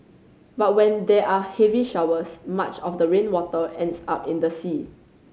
but when there are heavy showers much of the rainwater ends up in the sea